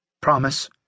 Promise